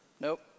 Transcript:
Nope